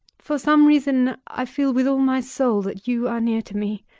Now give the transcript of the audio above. for some reason, i feel with all my soul that you are near to me.